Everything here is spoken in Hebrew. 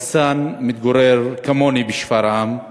רסאן מתגורר כמוני בשפרעם.